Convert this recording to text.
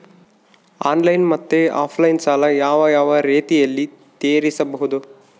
Online ಮತ್ತೆ offline ಸಾಲ ಯಾವ ಯಾವ ರೇತಿನಲ್ಲಿ ತೇರಿಸಬಹುದು?